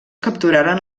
capturaren